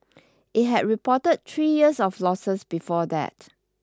it had reported three years of losses before that